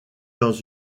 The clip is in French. dans